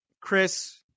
Chris